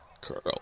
curl